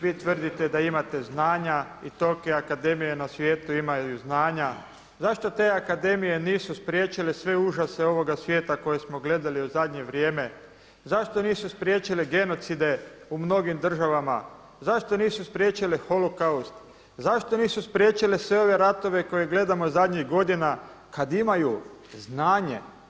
Vi tvrdite da imate znanja i tolike akademije na svijetu imaju znanja zašto te akademije nisu spriječile sve užase ovoga svijeta koje smo gledali u zadnje vrijeme, zašto nisu spriječile genocide u mnogim državama, zašto nisu spriječile holokaust, zašto nisu spriječile sve ove ratove koje gledamo zadnjih godina kad imaju znanje?